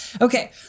Okay